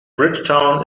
bridgetown